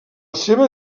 seva